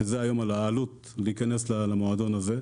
שזה היום על העלות להיכנס למועדון הזה,